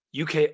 UK